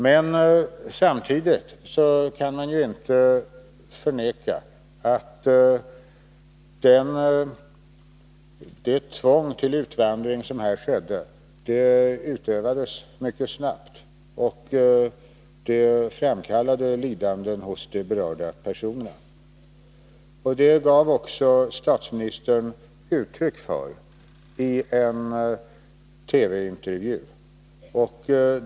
Men samtidigt kan man ju inte förneka att det tvång till utvandring som det här var fråga om utövades mycket snabbt, och det framkallade lidanden hos de berörda personerna. Det gav också statsministern uttryck för i en TV-intervju.